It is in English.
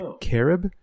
Carib